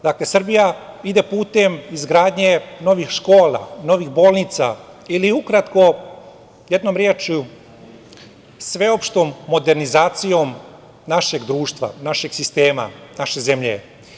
Dakle, Srbija ide putem izgradnje novih škola, novih bolnica ili ukratko, jednom rečju, sveopštom modernizacijom našeg društva, našeg sistema, naše zemlje.